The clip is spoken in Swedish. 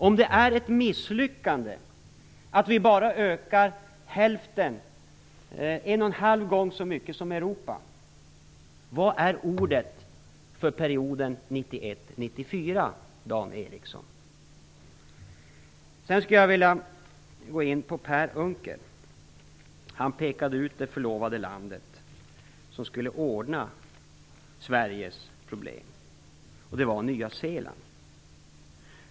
Om det är ett misslyckande att vi bara ökar en och en halv gång så mycket som Europa, vad är ordet för perioden 1991-1994, Dan Ericsson? Sedan vill jag kommentera det som Per Unckel sade. Han pekade ut det förlovade landet som skulle lösa Sveriges problem; det var Nya Zeeland.